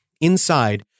Inside